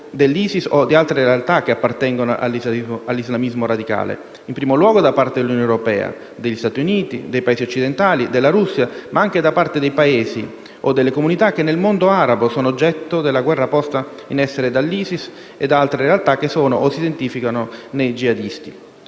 dell'ISIS o di altre realtà che appartengono all'islamismo radicale, in primo luogo da parte dell'Unione europea, degli Stati Uniti, dei Paesi occidentali, della Russia, ma anche da parte dei Paesi o delle comunità che nel mondo arabo sono oggetto della guerra posta in essere dall'ISIS e da altre realtà che sono o si identificano nei jihadisti.